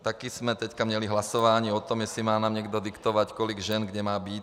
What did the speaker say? Taky jsme teď měli hlasování o tom, jestli nám má někdo diktovat, kolik žen kde má být.